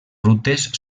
rutes